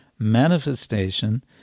manifestation